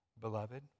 Beloved